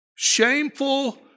Shameful